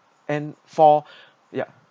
and for ya